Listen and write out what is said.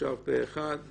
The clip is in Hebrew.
הצבעה בעד, פה אחד